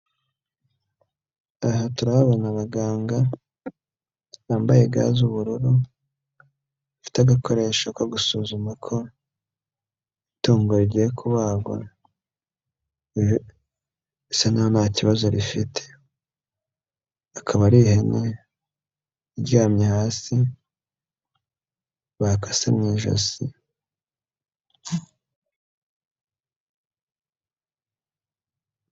Aha turabona abaganga bambaye ga z'ubururu bafite agakoresho ko gusuzuma ko itungo rigiye kubagwa, bisa nkaho nta kibazo rifite, akaba ari ihene iryamye hasi bakase mu ijosi.